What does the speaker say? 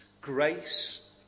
Grace